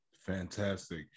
Fantastic